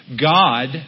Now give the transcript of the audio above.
God